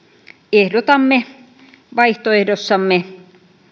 ehdotamme vaihtoehdossamme